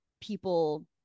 people